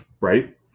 right